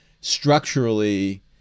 structurally